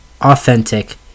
authentic